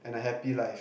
and a happy life